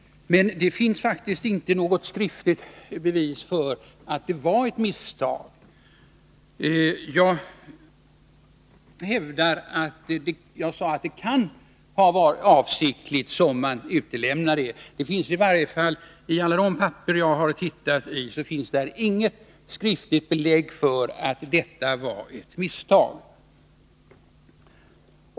Men det finns faktiskt inte något skriftligt bevis för att det var ett misstag. Jag hävdar att man kan ha utelämnat undantagsbestämmelsen avsiktligt. Det finns i varje fall inte i någon av alla de handlingar jag har studerat något skriftligt belägg för att detta var ett misstag.